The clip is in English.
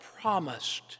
promised